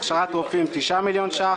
הכשרת רופאים תשעה מיליון שקלים,